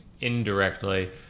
indirectly